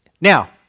Now